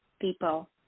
people